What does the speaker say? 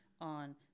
on